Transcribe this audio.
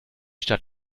stadt